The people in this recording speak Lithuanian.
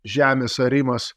žemės arimas